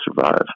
survive